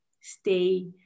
stay